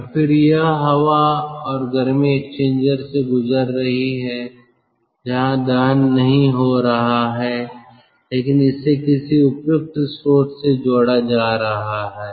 और फिर यह हवा और गर्मी एक्सचेंजर से गुजर रही है जहां दहन नहीं हो रहा है लेकिन इसे किसी उपयुक्त स्रोत से जोड़ा जा रहा है